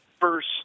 first